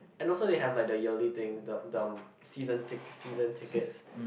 and also they have like the yearly thing the the season ticks season tickets